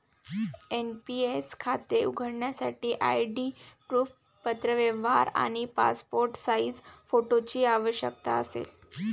NPS खाते उघडण्यासाठी ID proof, पत्रव्यवहार आणि पासपोर्ट साइज फोटोची आवश्यकता असेल